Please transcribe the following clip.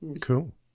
Cool